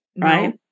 right